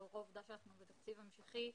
לאור העובדה שאנחנו בתקציב המשיכי,